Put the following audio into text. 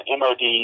mod